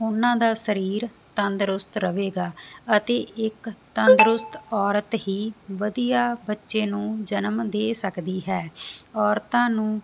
ਉਹਨਾਂ ਦਾ ਸਰੀਰ ਤੰਦਰੁਸਤ ਰਵੇਗਾ ਅਤੇ ਇੱਕ ਤੰਦਰੁਸਤ ਔਰਤ ਹੀ ਵਧੀਆ ਬੱਚੇ ਨੂੰ ਜਨਮ ਦੇ ਸਕਦੀ ਹੈ ਔਰਤਾਂ ਨੂੰ